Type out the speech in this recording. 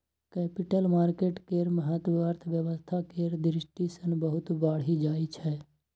capital market केर महत्व अर्थव्यवस्था केर दृष्टि सँ बहुत बढ़ि जाइ छै